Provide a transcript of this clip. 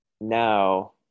now